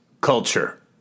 culture